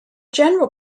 general